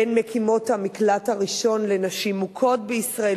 בין מקימות המקלט הראשון לנשים מוכות בישראל,